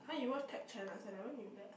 (huh) you watch tech channels I never knew that